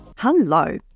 Hello